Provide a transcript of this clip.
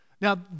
Now